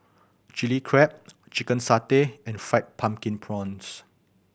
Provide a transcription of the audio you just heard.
Chili Crab chicken satay and Fried Pumpkin Prawns